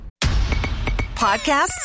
Podcasts